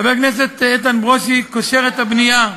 חבר הכנסת איתן ברושי קושר את הבנייה,